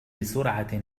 بسرعة